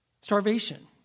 Starvation